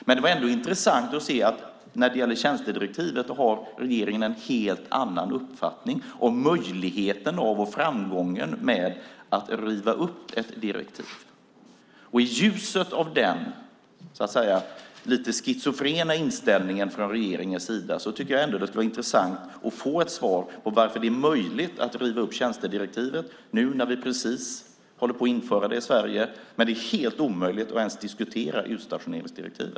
Det var ändå intressant att se att när det gäller tjänstedirektivet har regeringen en helt annan uppfattning om möjligheten av och framgången med att riva upp ett direktiv. I ljuset av den lite schizofrena inställningen från regeringens sida skulle det ändå vara lite intressant att få ett svar på varför det är möjligt att riva upp tjänstedirektivet nu när vi precis håller på att införa det i Sverige men att det är helt omöjligt att ens diskutera utstationeringsdirektivet.